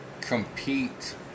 compete